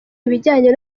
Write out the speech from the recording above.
ibijyanye